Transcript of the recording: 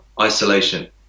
isolation